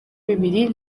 bibiri